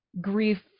grief